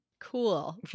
Cool